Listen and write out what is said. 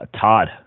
Todd